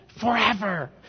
Forever